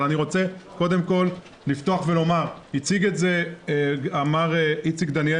אבל אני רוצה קודם כול לפתוח ולומר: אמר איציק דניאל